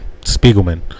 Spiegelman